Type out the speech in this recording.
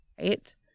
Right